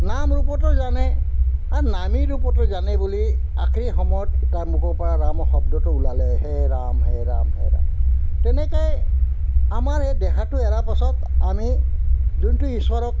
নাম ৰূপতো জানে আৰু নামী ৰূপতো জানে বুলি আখিৰি সময়ত তাৰ মুখৰ পৰা ৰাম শব্দটো ওলালে হে ৰাম হে ৰাম হে ৰাম তেনেকাই আমাৰ এই দেহাটো এৰাৰ পাছত আমি যোনটো ঈশ্বৰক